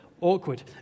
Awkward